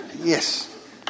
Yes